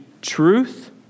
truth